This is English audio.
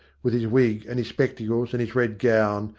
with his wig and his spectacles and his red gown,